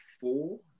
four